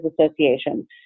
Association